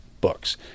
books